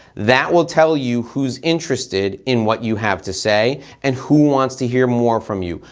that will tell you who's interested in what you have to say and who wants to hear more from you.